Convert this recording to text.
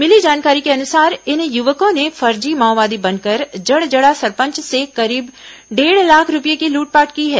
मिली जानकारी के अनुसार इन युवकों ने फर्जी माओवादी बनकर जड़जड़ा सरपंच से करीब डेढ़ लाख रूपये की लूटपाट की है